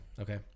Okay